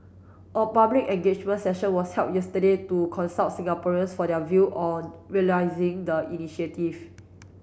a public engagement session was held yesterday to consult Singaporeans for their view on realising the initiative